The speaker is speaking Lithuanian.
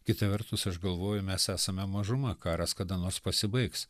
kita vertus aš galvoju mes esame mažuma karas kada nors pasibaigs